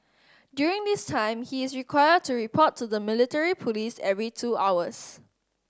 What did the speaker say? during this time he is required to report to the military police every two hours